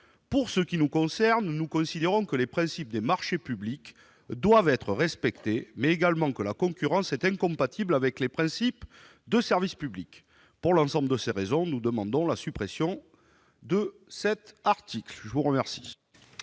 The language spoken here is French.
Pour ce qui nous concerne, nous considérons que les principes des marchés publics doivent être respectés et que la concurrence est incompatible avec les principes du service public. Pour l'ensemble de ces raisons, nous demandons la suppression de cet article. Quel